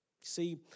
see